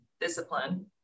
Discipline